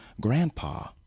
Grandpa